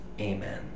Amen